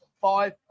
five